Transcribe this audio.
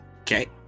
Okay